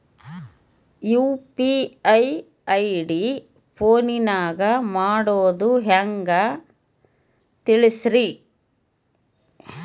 UPI ID ಫೋನಿನಾಗ ಮಾಡೋದು ಹೆಂಗ ತಿಳಿಸ್ರಿ?